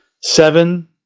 Seven